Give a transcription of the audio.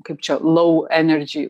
kaip čia lau enerdžy